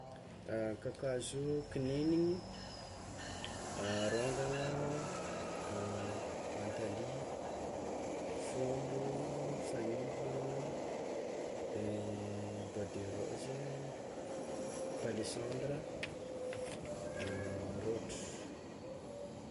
Kakazo: kignigniny, arôngana, mantalia, fombo, fagnivagna, bois de rose, palissandra, rôtro.